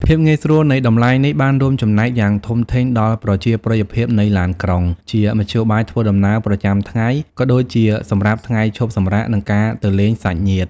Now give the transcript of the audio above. ភាពងាយស្រួលនៃតម្លៃនេះបានរួមចំណែកយ៉ាងធំធេងដល់ប្រជាប្រិយភាពនៃឡានក្រុង ជាមធ្យោបាយធ្វើដំណើរប្រចាំថ្ងៃ ក៏ដូចជាសម្រាប់ថ្ងៃឈប់សម្រាក និងការទៅលេងសាច់ញាតិ។